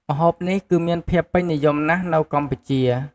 ម្ហូបនេះ គឹមានភាពពេញនិយមណាស់នៅកម្ពុជា។